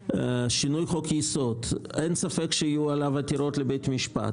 מדובר בחוק יסוד שאין ספק שיהיו עליו עתירות לבית המשפט,